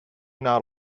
not